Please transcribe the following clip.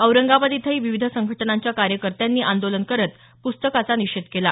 औरंगाबाद इथंही विविध संघटनांच्या कार्यकर्त्यांनी आंदोलन करत पुस्तकाचा निषेध केला